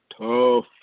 tough